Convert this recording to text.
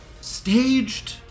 Staged